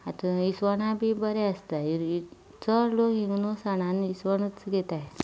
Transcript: आतां इसवणां बी बरें आसतात चड लोक हांगा न्हू सणा इसवणूच घेतात